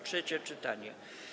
Trzecie czytanie.